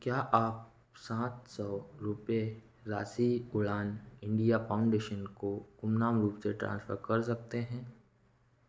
क्या आप सात सौ रुपये राशि उड़ान इंडिया फाउंडेशन को गुमनाम रूप से ट्रांसफर सकते हैं